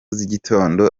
z’igitondo